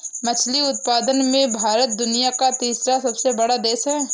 मछली उत्पादन में भारत दुनिया का तीसरा सबसे बड़ा देश है